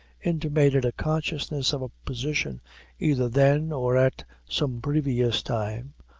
intimated a consciousness of a position either then or at some previous time,